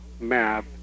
map